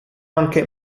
anche